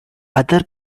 other